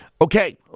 Okay